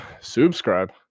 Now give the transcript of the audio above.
subscribe